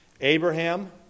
Abraham